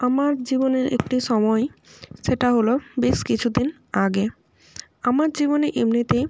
আমার জীবনের একটি সময় সেটা হলো বেশ কিছু দিন আগে আমার জীবনে এমনিতেই